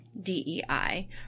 DEI